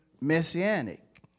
messianic